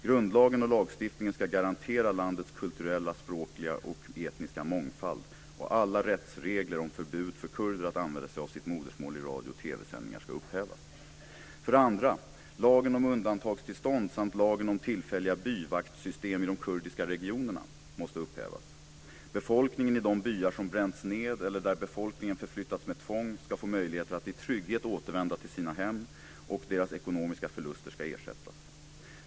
Grundlagen och lagstiftningen ska garantera landets kulturella, språkliga och etniska mångfald, och alla rättsregler om förbud för kurder att använda sig av sitt modersmål i radio och TV-sändningar ska upphävas. För det andra: Lagen om undantagstillstånd samt lagen om tillfälliga byvaktssystem i de kurdiska regionerna måste upphävas. Befolkningen i de byar som bränts ned eller där befolkningen förflyttats med tvång ska få möjligheter att i trygghet återvända till sina hem. Man ska också ersättas för ekonomiska förluster.